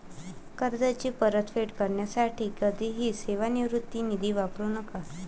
कर्जाची परतफेड करण्यासाठी कधीही सेवानिवृत्ती निधी वापरू नका